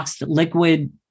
liquid